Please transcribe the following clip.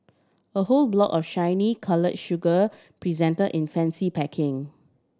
a whole block of shiny colour sugar present in fancy packaging